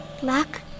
black